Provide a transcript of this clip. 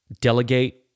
delegate